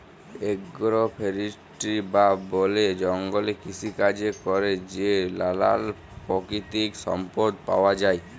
agro forestry বা বলে জঙ্গলে কৃষিকাজে ক্যরে যে লালাল পাকিতিক সম্পদ পাউয়া যায়